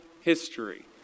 history